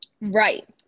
Right